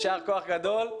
יישר כוח גדול.